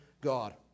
God